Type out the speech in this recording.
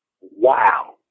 Wow